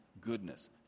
goodness